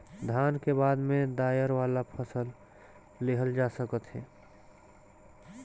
धान के बाद में दायर वाला फसल लेहल जा सकत हे